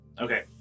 Okay